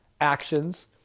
actions